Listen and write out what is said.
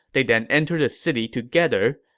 they then entered the city together,